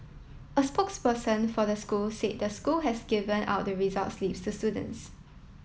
a spokesperson for the school say the school has given out the results slips to students